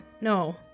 No